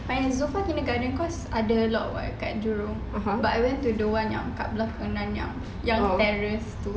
zulfa kindergarten cause ada loc [what] kat jurong but I went to the one yang kat belakang nanyang yang terrace tu